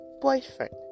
boyfriend